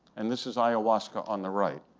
and this is ayahuasca on the right.